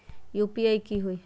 UPI की होई?